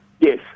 Yes